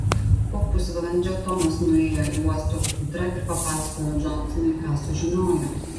po pusvalandžio tomas nuėjo į uosto ūdrą ir papasakojo džonsonui ką sužinojo